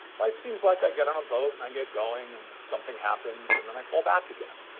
life seems like i get on a boat and i get going and something happens and then i fall back again.